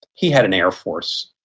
he had an air force,